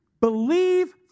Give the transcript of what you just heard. believe